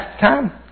time